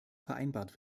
vereinbart